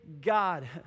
God